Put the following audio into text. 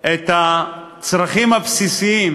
את הדברים הבסיסיים